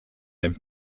aime